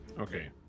Okay